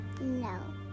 No